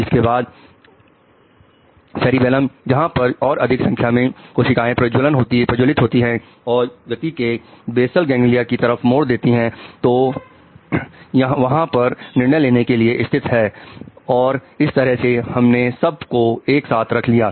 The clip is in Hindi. उसके बाद सैरीबेलम जहां पर और अधिक संख्या में कोशिकाएं प्रज्वलित होती हैं और गति को बेसल गैंगलिया की तरफ मोड़ देता है जो वहां पर निर्णय लेने के लिए स्थित है और इस तरह से हमने सब को एक साथ रख लिया